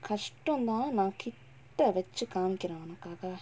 கஷ்டோதா நா கிட்ட வச்சு காமிக்குர ஒனக்காக:kashtothaa naa kitta vachu kaamikkura onakaaga